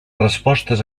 respostes